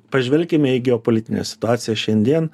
pažvelkime į geopolitinę situaciją šiandien